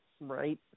Right